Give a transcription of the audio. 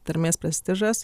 tarmės prestižas